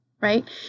right